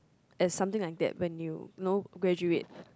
as something like that when you know graduate